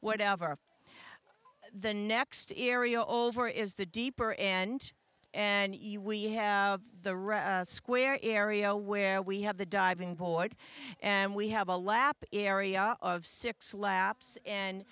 whatever the next area over is the deeper and and we have the red square area where we have the diving board and we have a lap area of six laps and